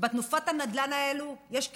ובתנופת הנדל"ן הזאת יש כרישים,